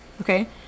okay